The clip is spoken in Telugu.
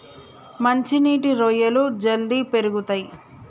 మంచి నీటి రొయ్యలు జల్దీ పెరుగుతయ్